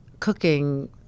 cooking